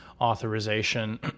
authorization